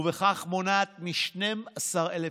ובכך מונעת מ-12,000